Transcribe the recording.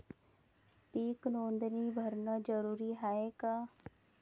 पीक नोंदनी भरनं जरूरी हाये का?